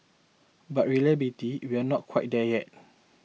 but reliability we are not quite there yet